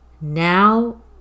now